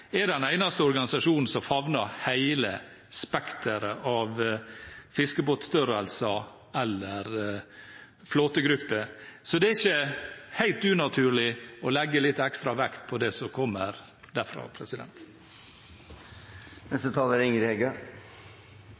er den eneste organisasjonen som favner hele spekteret av fiskebåtstørrelser eller flåtegrupper. Så det er ikke helt unaturlig å legge litt ekstra vekt på det som kommer derfra. Det vart litt underleg å høyra når Framstegspartiet ved Oskar J. Grimstad viser til at det er